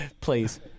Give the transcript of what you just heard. Please